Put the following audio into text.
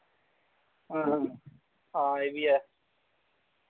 हां एह् बी ऐ